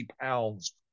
pounds